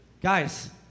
guys